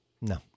No